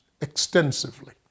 extensively